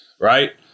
right